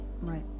Right